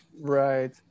Right